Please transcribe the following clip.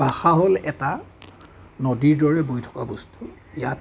ভাষা হ'ল এটা নদীৰ দৰে বৈ থকা বস্তু ইয়াত